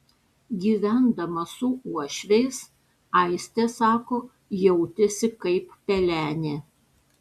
gyvendama su uošviais aistė sako jautėsi kaip pelenė